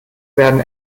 werden